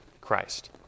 Christ